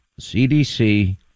cdc